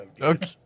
Okay